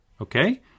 okay